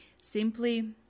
simply